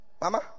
mama